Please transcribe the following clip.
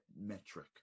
metric